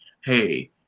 hey